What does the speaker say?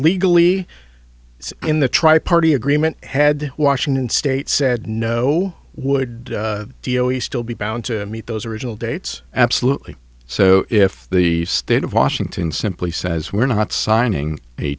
legally in the tri party agreement had washington state said no would dio he still be bound to meet those original dates absolutely so if the state of washington simply says we're not signing a